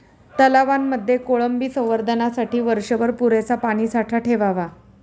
तलावांमध्ये कोळंबी संवर्धनासाठी वर्षभर पुरेसा पाणीसाठा ठेवावा